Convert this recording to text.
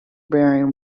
bearing